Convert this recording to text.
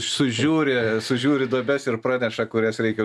sužiūri sužiūri duobes ir praneša kurias reikia